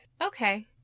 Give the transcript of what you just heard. Okay